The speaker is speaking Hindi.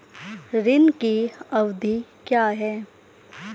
ऋण की अवधि क्या है?